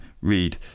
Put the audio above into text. read